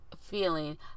feeling